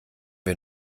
wir